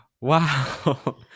Wow